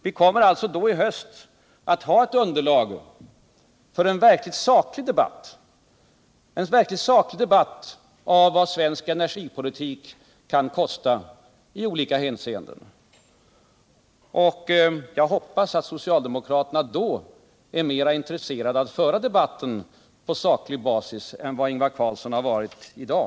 Vi kommer alltså i höst att ha ett underlag för en verkligt saklig debatt om vad svensk energipolitik kan kosta i olika hänseenden. Jag hoppas att socialdemokraterna då är mer intresserade av att föra debatten på saklig basis än vad Ingvar Carlsson har varit i dag.